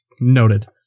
Noted